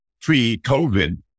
pre-COVID